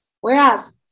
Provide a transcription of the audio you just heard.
whereas